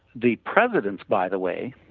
the presidents by the way